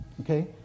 okay